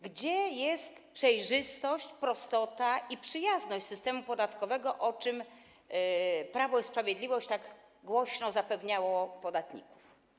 Gdzie jest przejrzystość, prostota i przyjazność systemu podatkowego, o czym Prawo i Sprawiedliwość tak głośno zapewniało podatników?